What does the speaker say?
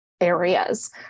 areas